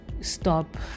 stop